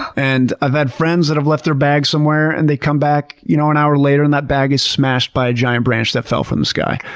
and i've had friends that have left their bags somewhere and they come back, you know, an hour later and that bag is smashed by a giant branch that fell from the sky.